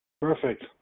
Perfect